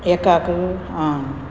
एकांक